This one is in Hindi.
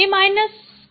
के रूप में होती हैं